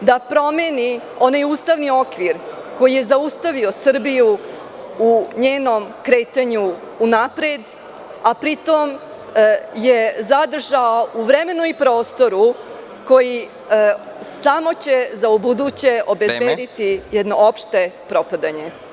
da promeni onaj ustavni okvir koji je zaustavio Srbiju u njenom kretanju unapred, a pri tom je zadržao u vremenu i prostoru koji će samo ubuduće obezbediti jedno opšte propadanje?